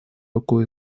руку